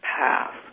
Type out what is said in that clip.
path